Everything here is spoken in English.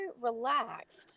relaxed